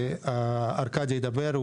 ארקדי גם ידבר,